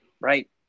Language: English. right